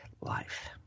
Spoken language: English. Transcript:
life